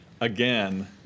again